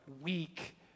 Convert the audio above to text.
weak